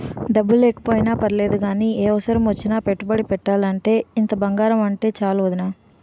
డబ్బు లేకపోయినా పర్లేదు గానీ, ఏ అవసరమొచ్చినా పెట్టుబడి పెట్టాలంటే ఇంత బంగారముంటే చాలు వొదినా